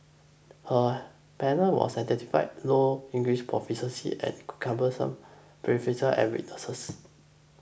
her panel was identified low English proficiency and cumbersome bureaucracy at weaknesses